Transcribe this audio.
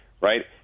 right